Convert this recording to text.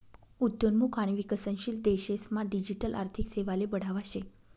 उद्योन्मुख आणि विकसनशील देशेस मा डिजिटल आर्थिक सेवाले बढावा शे